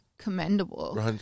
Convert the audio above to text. Commendable